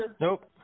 Nope